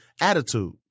attitude